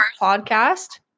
podcast